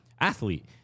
athlete